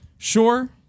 sure